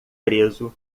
preso